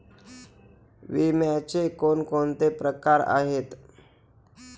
विम्याचे कोणकोणते प्रकार आहेत?